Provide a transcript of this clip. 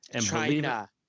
China